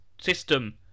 system